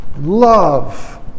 Love